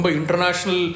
international